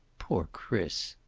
poor chris!